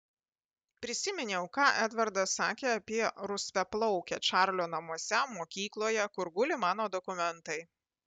prisiminiau ką edvardas sakė apie rusvaplaukę čarlio namuose mokykloje kur guli mano dokumentai